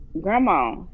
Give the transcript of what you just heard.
grandma